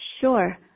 Sure